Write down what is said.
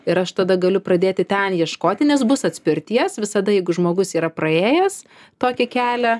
ir aš tada galiu pradėti ten ieškoti nes bus atspirties visada jeigu žmogus yra praėjęs tokį kelią